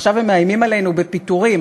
ועכשיו הם מאיימים עלינו בפיטורים.